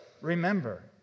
remember